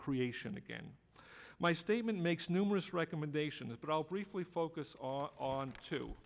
creation again my statement makes numerous recommendations but i'll briefly focus on t